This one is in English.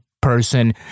person